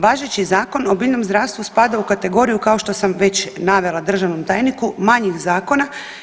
Važeći Zakon o biljnom zdravstvu spada u kategoriju kao što sam već navela državnom tajniku manjih zakona.